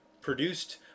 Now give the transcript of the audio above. produced –